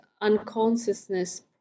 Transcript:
unconsciousness